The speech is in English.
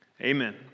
Amen